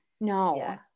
No